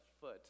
foot